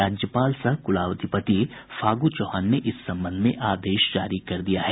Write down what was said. राज्यपाल सह कुलाधिपति फागू चौहान ने इस संबंध में आदेश जारी कर दिया है